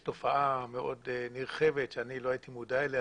יש תופעה מאוד נרחבת שאני לא הייתי מודע אליה,